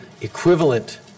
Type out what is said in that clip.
equivalent